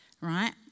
right